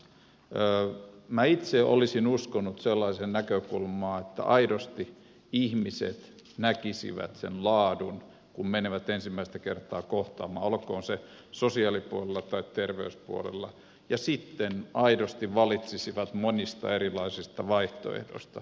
mi nä itse olisin uskonut sellaiseen näkökulmaan että aidosti ihmiset näkisivät sen laadun kun menevät ensimmäistä kertaa kohtaamaan olkoon se sosiaalipuolella tai terveyspuolella ja sitten aidosti valitsisivat monista erilaisista vaihtoehdoista